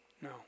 no